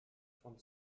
von